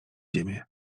ziemię